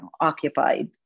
occupied